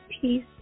peace